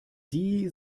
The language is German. die